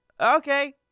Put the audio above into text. okay